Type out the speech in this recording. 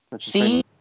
See